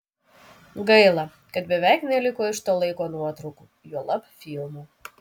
gaila kad beveik neliko iš to laiko nuotraukų juolab filmų